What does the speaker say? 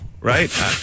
right